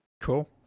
Cool